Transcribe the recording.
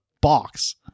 box